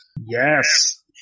Yes